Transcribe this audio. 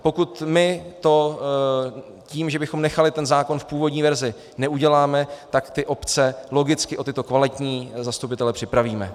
Pokud my to tím, že bychom nechali zákon v původní verzi, neuděláme, tak ty obce logicky o tyto kvalitní zastupitele připravíme.